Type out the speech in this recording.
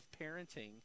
parenting